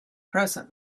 present